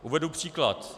Uvedu příklad.